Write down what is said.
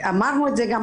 אמרנו את זה גם